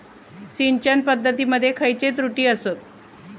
सिंचन पद्धती मध्ये खयचे त्रुटी आसत?